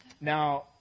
Now